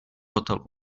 hotelu